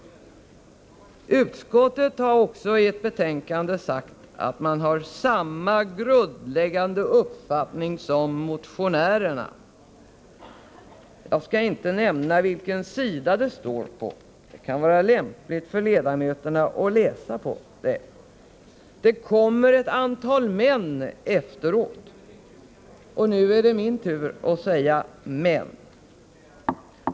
Utskottet har också i ett betänkande sagt att man har samma grundläggan de uppfattning som motionärerna. Jag skall inte nämna på vilken sida detta står. Det kan vara lämpligt för ledamöterna att läsa hela betänkandet. Det kommer ett antal ”men” efteråt, och nu är det min tur att säga ”men”.